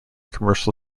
commercial